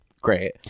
great